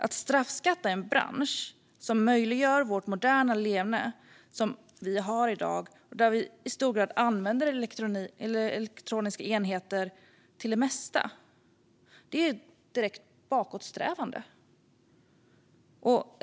Att straffbeskatta en bransch som möjliggör det moderna leverne som vi har i dag, där vi i hög grad använder elektroniska enheter till det mesta, är direkt bakåtsträvande.